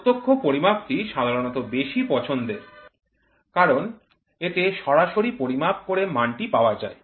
প্রত্যক্ষ পরিমাপ টি সাধারণত বেশি পছন্দের কারণ এতে সরাসরি পরিমাপ করে মানটি পাওয়া যায়